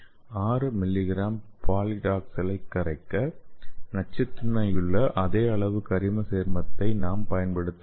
6 milligram பக்லிடாக்சலைக் கரைக்க நச்சுத்தன்மையுள்ள இந்த அளவு கரிம சேர்மத்தை நாம் பயன்படுத்த வேண்டும்